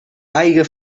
aigua